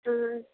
ఆ